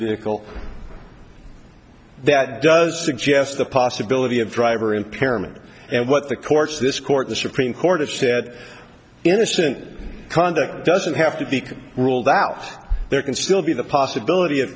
vehicle that does suggest the possibility of driver impairment and what the courts this court the supreme court of said innocent conduct doesn't have to be ruled out there can still be the possibility of